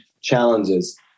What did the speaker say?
challenges